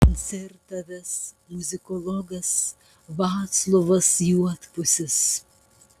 koncertą ves muzikologas vaclovas juodpusis